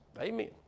Amen